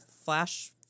flash